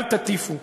אל תטיפו.